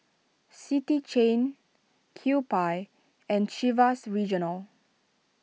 City Chain Kewpie and Chivas Regional